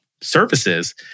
services